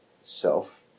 self